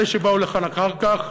אלה שבאו לכאן אחר כך,